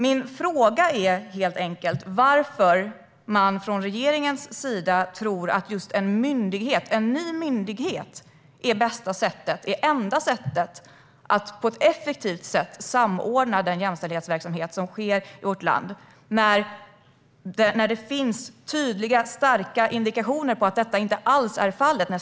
Min fråga är helt enkelt varför man från regeringens sida tror att just en ny myndighet är det bästa och enda sättet att effektivt samordna den jämställdhetsverksamhet som sker i vårt land, när det finns tydliga och starka indikationer på att detta inte alls är fallet.